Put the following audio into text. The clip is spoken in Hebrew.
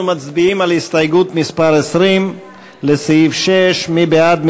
אנחנו מצביעים על הסתייגות מס' 20 לסעיף 6. מי בעד?